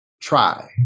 try